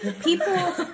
People